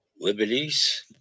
liberties